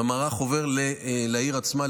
והמערך עובר לעיר עצמה,